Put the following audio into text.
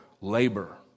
labor